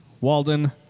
Walden